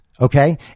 Okay